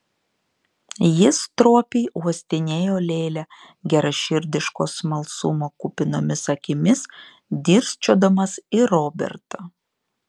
jis stropiai uostinėjo lėlę geraširdiško smalsumo kupinomis akimis dirsčiodamas į robertą